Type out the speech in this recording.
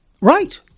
right